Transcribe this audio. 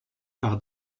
par